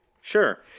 Sure